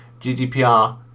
GDPR